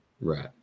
Right